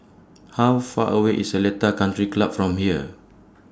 How Far away IS Seletar Country Club from here